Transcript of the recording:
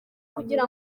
kugira